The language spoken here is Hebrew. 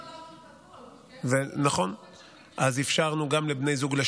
בטוח לא כללנו את הכול,